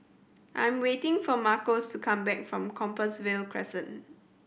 I'm waiting for Marcos to come back from Compassvale Crescent